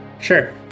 Sure